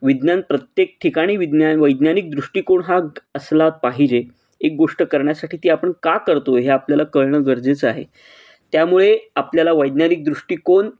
विज्ञान प्रत्येक ठिकाणी विज्ञान वैज्ञानिक दृष्टिकोन हा असला पाहिजे एक गोष्ट करण्यासाठी ती आपण का करतो हे आपल्याला कळणं गरजेचं आहे त्यामुळे आपल्याला वैज्ञानिक दृष्टिकोन